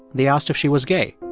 they asked if she was gay.